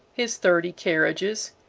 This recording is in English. his thirty carriages,